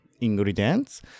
ingredients